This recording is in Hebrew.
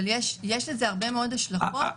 אבל יש לזה הרבה מאוד השלכות.